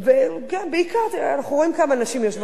אנחנו רואים כמה נשים יושבות ליד שולחן הממשלה,